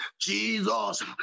Jesus